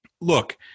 look